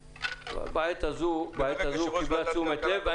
בעת הזו היא קיבלה תשומת לב.